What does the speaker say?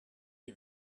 you